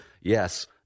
yes